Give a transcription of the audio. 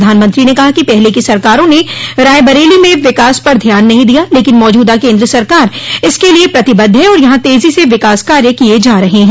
प्रधानमंत्री ने कहा पहले की सरकारो ने रायबरेली में विकास पर ध्यान नहीं दिया लेकिन मौजूदा केन्द्र सरकार इसके लिए प्रतिबद्ध है आर यहां तेजी से विकास कार्य किये जा रहे हैं